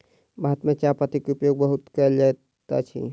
भारत में चाह पत्तीक उपयोग बहुत कयल जाइत अछि